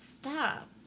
Stop